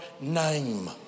name